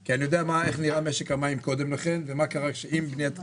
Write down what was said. כי אני יודע איך נראה משק המים קודם לכן ומה קרה עם בניית התאגידים.